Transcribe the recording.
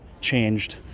changed